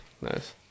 Nice